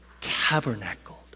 tabernacled